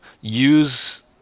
use